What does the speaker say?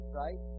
right